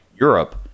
europe